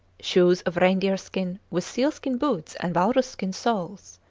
shoes of reindeer-skin with seal-skin boots and walrus-skin soles.